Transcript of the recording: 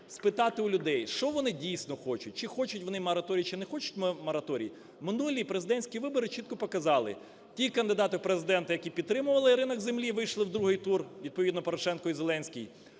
спитати у людей, що вони, дійсно, хочуть: чи хочуть вони мораторій, чи не хочуть мораторій. Минулі президентські вибори чітко показали: ті кандидати в Президенти, які підтримували ринок землі, вийшли в другий тур (відповідно, Порошенко і Зеленський),